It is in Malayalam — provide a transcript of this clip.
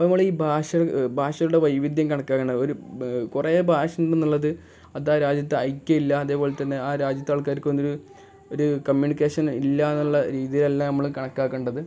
അപ്പം നമ്മൾ ഈ ഭാഷ ഭാഷകളുടെ വൈവിധ്യം കണക്കാക്കേണ്ട ഒരു കുറേ ഭാഷ ഉണ്ടെന്നുള്ളത് അത് ആ രാജ്യത്ത് ഐക്യമില്ല അതേപോലെ തന്നെ ആ രാജ്യത്തെ ആൾക്കാർക്കൊന്നും ഒരു ഒരു കമ്മ്യൂണിക്കേഷൻ ഇല്ലാന്നുള്ള രീതിയിലെല്ലാം നമ്മൾ കണക്കാക്കേണ്ടത്